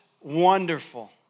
wonderful